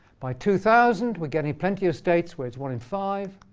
by two thousand, we're getting plenty of states where it's one in five.